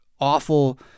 awful